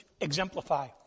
exemplify